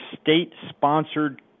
state-sponsored